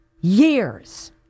Years